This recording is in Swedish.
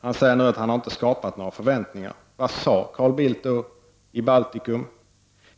Han säger nu att han inte har skapat några förväntningar. Vad sade då Carl Bildt när han var i Baltikum?